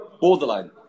borderline